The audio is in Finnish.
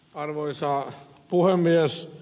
arvoisa puhemies